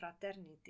fraternity